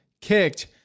kicked